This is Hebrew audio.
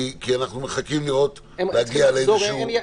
כי אנחנו מחכים להגיע לאיזשהו --- הם צריכים לחזור אלינו,